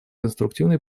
конструктивные